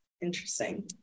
Interesting